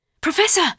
Professor